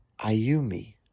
Ayumi